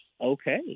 okay